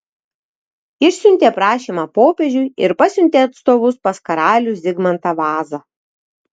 išsiuntė prašymą popiežiui ir pasiuntė atstovus pas karalių zigmantą vazą